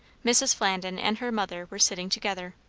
mrs. flandin and her mother were sitting together.